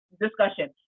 discussion